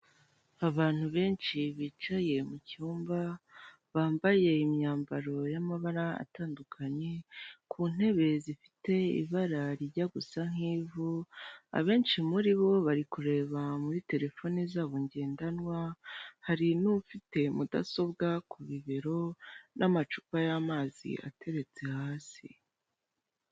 Abantu benshi bicaye mu cyumba bambaye imyambaro y'amabara atandukanye, ku ntebe zifite ibara rijya gusa nk'ivu abenshi muri bo bari kureba muri terefone zabo ngendanwa, hari n'ufite mudasobwa ku bibero n'amacupa y'amazi ateretse hasi.